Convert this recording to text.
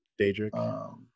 Daedric